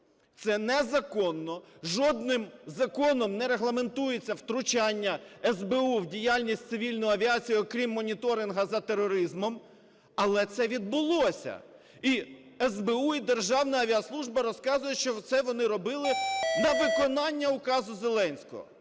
Це незаконно, жодним законом не регламентується втручання СБУ в діяльність цивільної авіації, окрім моніторингу за тероризмом. Але це відбулося. І СБУ, і Державна авіаслужба розказують, що це вони робили на виконання указу Зеленського.